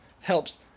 helps